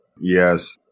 Yes